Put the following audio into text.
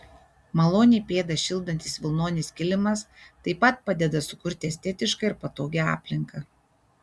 maloniai pėdas šildantis vilnonis kilimas taip pat padeda sukurti estetišką ir patogią aplinką